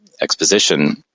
Exposition